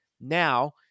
Now